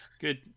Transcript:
good